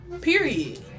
period